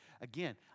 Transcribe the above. again